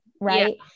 Right